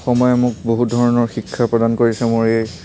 সময়ে মোক বহুত ধৰণৰ শিক্ষা প্ৰদান কৰিছে মোৰ এই